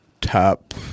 top